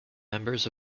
members